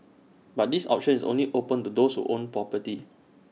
but this option is only open to those who own property